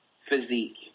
physique